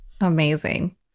amazing